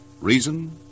Reason